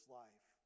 life